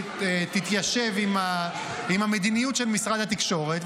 תתיישב עם המדיניות של משרד התקשורת,